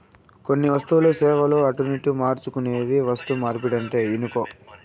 కొన్ని వస్తువులు, సేవలు అటునిటు మార్చుకునేదే వస్తుమార్పిడంటే ఇనుకో